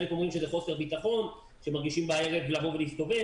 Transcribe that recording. חלק אומרים שזה חוסר ביטחון שמרגישים בערב כשרוצים להסתובב